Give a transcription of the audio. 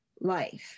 life